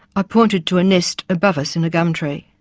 i pointed to a nest above us in a gum tree.